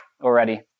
already